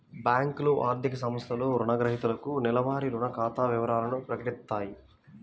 బ్యేంకులు, ఆర్థిక సంస్థలు రుణగ్రహీతలకు నెలవారీ రుణ ఖాతా వివరాలను ప్రకటిత్తాయి